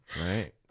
Right